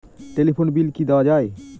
Telephone bill কি দেওয়া যায়?